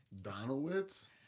Donowitz